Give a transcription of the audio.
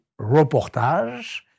reportage